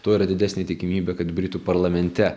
tuo yra didesnė tikimybė kad britų parlamente